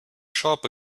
shop